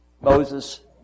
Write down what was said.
Moses